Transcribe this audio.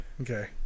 Okay